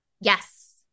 Yes